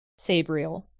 Sabriel